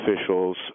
officials